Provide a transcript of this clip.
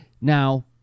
now